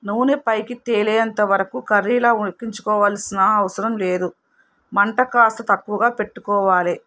నూనె పైకి తేలేంతవరకు కర్రీలో ఉడికించుకోవాల్సిన అవసరం లేదు మంట కాస్త తక్కువగా పెట్టుకోవాలి